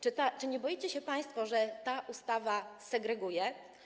Czy nie boicie się państwo, że ta ustawa segreguje?